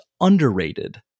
underrated